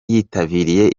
yitabiriye